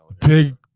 Big